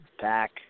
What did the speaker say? back